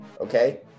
okay